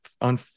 on